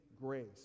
grace